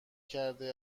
کرده